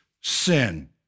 sin